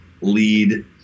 lead